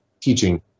teaching